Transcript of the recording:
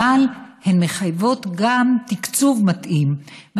אבל הן מחייבות גם תקצוב מתאים.